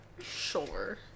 Sure